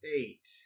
eight